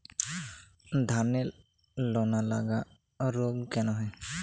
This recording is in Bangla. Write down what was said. ধানের লোনা লাগা রোগ কেন হয়?